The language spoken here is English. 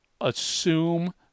assume